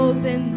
Open